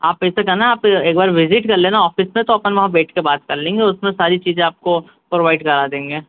आप ऐसे करना आप एक बार भिजिट कल लेना औफीस में तो अपन वहाँ बैठ कर बात कल लेंगे उसमें सारी चीज़ें आपको प्रोवाइड करा देंगे